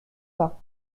pas